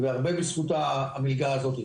והרבה בזכות המגלה הזאת.